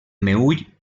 meüll